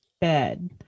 bed